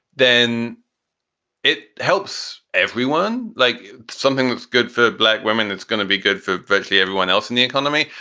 then it helps everyone like something that's good for black women, that's going to be good for virtually everyone else in the economy.